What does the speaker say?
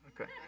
Okay